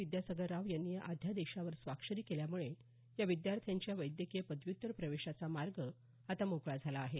विद्यासागर राव यांनी या अध्यादेशावर स्वाक्षरी केल्यामुळे या विद्यार्थ्यांच्या वैद्यकीय पदव्युत्तर प्रवेशाचा मार्ग आता मोकळा झाला आहे